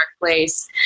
place